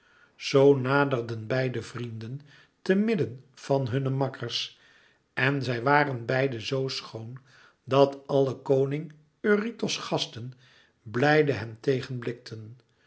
zoo naderden beide vrienden te midden van hunne makkers en zij waren beide zoo schoon dat alle koning eurytos gasten blijde hen tegen blikten